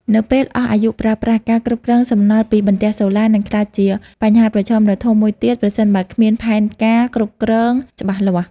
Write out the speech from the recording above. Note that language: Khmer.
នៅពេលអស់អាយុប្រើប្រាស់ ការគ្រប់គ្រងសំណល់ពីបន្ទះសូឡា នឹងក្លាយជាបញ្ហាប្រឈមដ៏ធំមួយទៀត ប្រសិនបើគ្មានផែនការគ្រប់គ្រងច្បាស់លាស់។